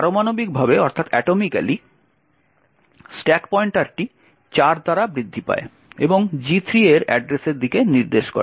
পারমাণবিকভাবে stack পয়েন্টারটি 4 দ্বারা বৃদ্ধি পায় এবং G3 এর অ্যাড্রেসের দিকে নির্দেশ করে